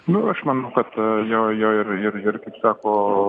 nu aš manau kad jo jo ir ir ir sako